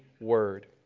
word